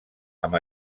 amb